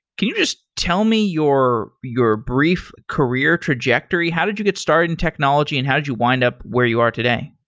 can you just tell me your your brief career trajectory? how did you get started in technology and how did you wind up where you are today?